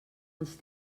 els